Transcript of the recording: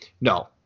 no